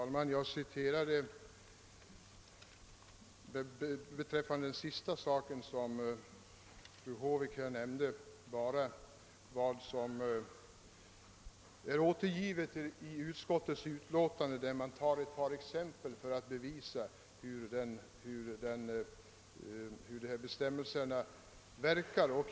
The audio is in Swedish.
Herr talman! Beträffande det som fru Håvik sist tog upp vill jag säga att jag bara citerade vad som återfinns i utskottets utlåtande, där det återges ett par exempel för att visa hur bestämmelserna verkar.